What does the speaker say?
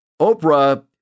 Oprah